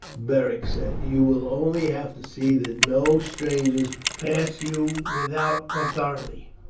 beric said. you will only have to see that no strangers pass you without authority.